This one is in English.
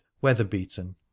weather-beaten